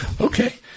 Okay